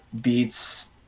beats